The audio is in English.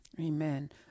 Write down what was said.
Amen